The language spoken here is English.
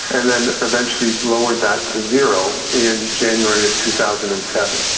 and then eventually lowered that to zero in january two thousand and seven.